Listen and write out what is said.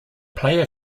player